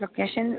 location